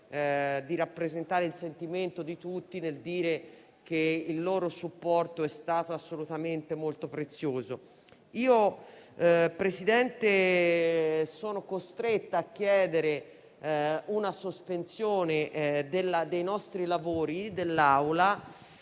di rappresentare il sentimento di tutti nel dire che il loro supporto è stato assolutamente molto prezioso. Presidente, sono costretta a chiedere una sospensione dei lavori dell'Assemblea